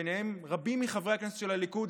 וביניהם רבים מחברי הכנסת של הליכוד,